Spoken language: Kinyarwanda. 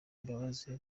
imbabazi